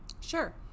Sure